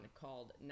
called